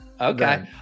okay